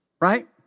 Right